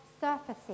surfaces